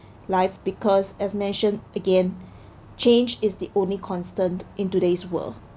life because as mention again change is the only constant in today's world